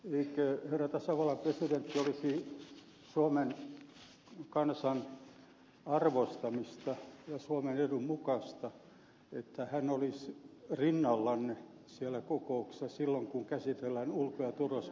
eikö herra pääministeri olisi suomen kansan arvostamista ja suomen edun mukaista että tasavallan presidentti olisi rinnallanne siellä kokouksessa silloin kun käsitellään ulko ja turvallisuuspolitiikkaa